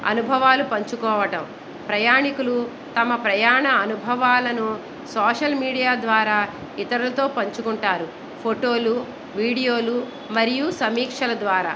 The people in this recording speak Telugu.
అనుభవాలు పంచుకోవటం ప్రయాణీకులు తమ ప్రయాణ అనుభవాలను సోషల్ మీడియా ద్వారా ఇతరులతో పంచుకుంటారు ఫోటోలు వీడియోలు మరియు సమీక్షల ద్వారా